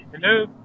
Hello